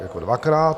Jako dvakrát?